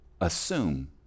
assume